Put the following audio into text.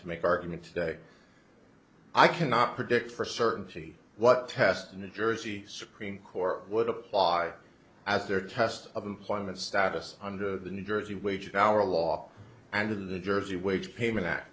to make argument today i cannot predict for certainty what test the new jersey supreme court would apply as their test of employment status under the new jersey wages our law and in the jersey wage payment act